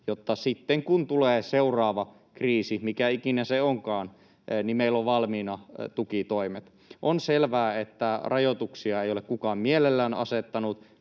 jotta sitten, kun tulee seuraava kriisi, mikä ikinä se onkaan, meillä on valmiina tukitoimet. On selvää, että rajoituksia ei ole kukaan mielellään asettanut,